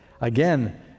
again